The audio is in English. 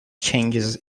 changes